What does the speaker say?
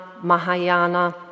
Mahayana